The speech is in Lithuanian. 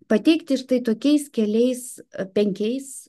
pateikti štai tokiais keliais penkiais